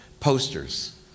Posters